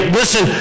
listen